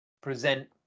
present